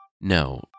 No